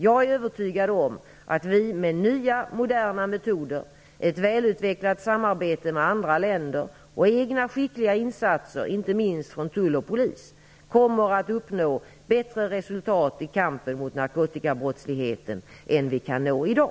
Jag är övertygad om att vi med nya moderna metoder, ett välutvecklat samarbete med andra länder och egna skickliga insatser - inte minst från tulloch polis - kommer att uppnå bättre resultat i kampen mot narkotikabrottsligheten än vi kan nå i dag.